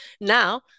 now